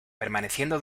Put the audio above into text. permaneciendo